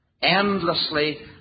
endlessly